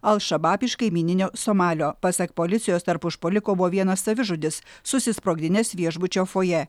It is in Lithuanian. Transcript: al šabab iš kaimyninio somalio pasak policijos tarp užpuolikų buvo vienas savižudis susisprogdinęs viešbučio fojė